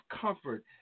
comfort